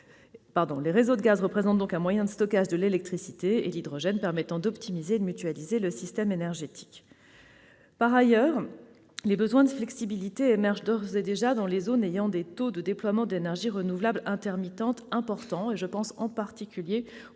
Les réseaux de gaz représentent donc un moyen de stockage de l'électricité et l'hydrogène permettant d'optimiser et de mutualiser le système énergétique. Par ailleurs, les besoins de flexibilité émergent d'ores et déjà dans les zones ayant des taux de déploiement d'énergies renouvelables intermittentes importants. Je pense en particulier aux